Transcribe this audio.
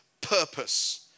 purpose